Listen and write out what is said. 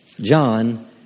John